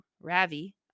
Ravi